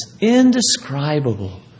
indescribable